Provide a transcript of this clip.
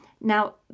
Now